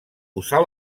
usar